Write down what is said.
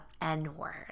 N-word